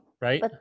right